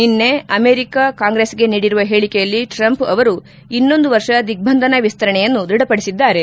ನಿನ್ನೆ ಅಮೆರಿಕ ಕಾಂಗ್ರೆಸ್ಗೆ ನೀಡಿರುವ ಹೇಳಿಕೆಯಲ್ಲಿ ಟ್ರಂಪ್ ಅವರು ಇನ್ನೊಂದು ವರ್ಷ ದಿಗ್ಗಂಧನ ವಿಸ್ತರಣೆಯನ್ನು ದೃಢಪಡಿಸಿದ್ದಾರೆ